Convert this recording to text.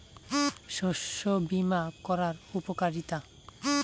শস্য বিমা করার উপকারীতা?